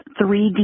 3D